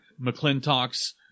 McClintock's